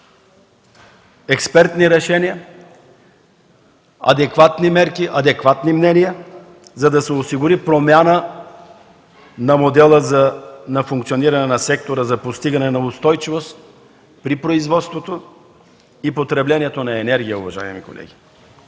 експертни решения, адекватни мерки, адекватни мнения, за да се осигури промяна за функциониране на модела, на сектора, за постигане на устойчивост при производството и потреблението на енергия, уважаеми колеги.